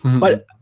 but